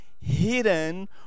Hidden